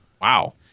wow